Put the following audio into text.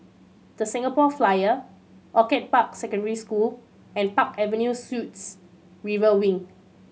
The Singapore Flyer Orchid Park Secondary School and Park Avenue Suites River Wing